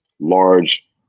large